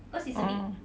orh